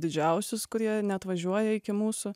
didžiausius kurie neatvažiuoja iki mūsų